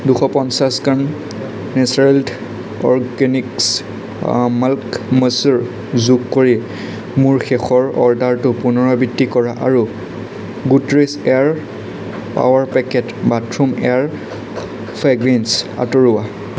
দুশ পঞ্চাছ gram Natureland Organics মাল্ক মচুৰ যোগ কৰি মোৰ শেষৰ অৰ্ডাৰটোৰ পুনৰাবৃত্তি কৰা আৰু Godrej air power packet bathroom air fragrance আঁতৰোৱা